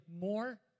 more